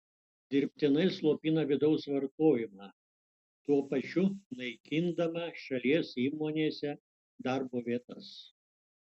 dirbtinai slopina vidaus vartojimą tuo pačiu naikindama šalies įmonėse darbo vietas